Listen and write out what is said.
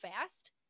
fast